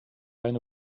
eine